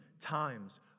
times